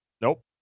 Nope